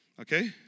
Okay